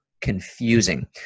confusing